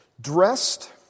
dressed